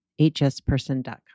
hsperson.com